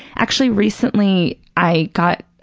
actually recently, i got,